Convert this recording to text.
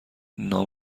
نام